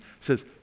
says